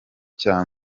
cya